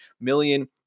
million